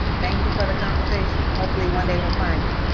thank you for the conversation. hopefully, one day we'll find it.